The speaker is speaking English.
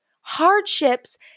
Hardships